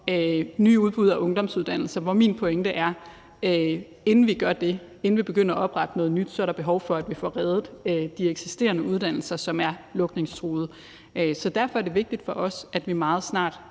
nye udbud af ungdomsuddannelser, og her er min pointe, at inden vi begynder at oprette noget nyt, er der behov for, at vi får reddet de eksisterende uddannelser, som er lukningstruede. Derfor er det vigtigt for os, at vi meget snart